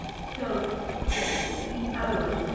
so the eeo